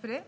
Fru